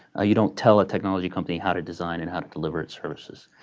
you don't tell a technology company how to design and how to deliver its services.